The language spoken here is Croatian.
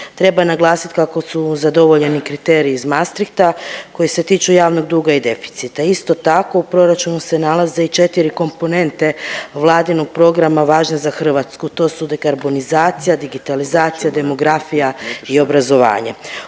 Treba naglasit kako su zadovoljeni kriteriji iz Maastrichta koji se tiču javnog duga i deficita. Isto tako u proračunu se nalaze i 4 komponente Vladinog programa važne za Hrvatsku. To su dekarbonizacija, digitalizacija, demografija i obrazovanje.